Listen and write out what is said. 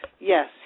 Yes